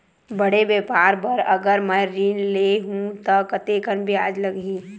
बड़े व्यापार बर अगर मैं ऋण ले हू त कतेकन ब्याज लगही?